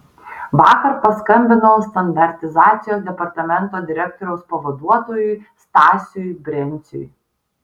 vakar paskambinau standartizacijos departamento direktoriaus pavaduotojui stasiui brenciui